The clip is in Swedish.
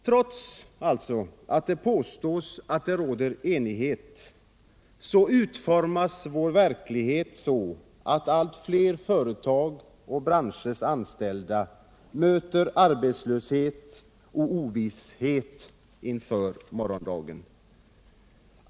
Trots att det påstås att det råder enighet, utformas vår verklighet så att allt fler företags och branschers anställda möter arbetslöshet och ovisshet inför morgondagen.